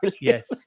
Yes